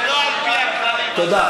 זה לא על-פי, תודה.